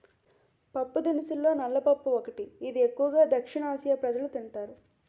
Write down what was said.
పప్పుదినుసుల్లో నల్ల పప్పు ఒకటి, ఇది ఎక్కువు గా దక్షిణఆసియా ప్రజలు తింటారు